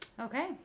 Okay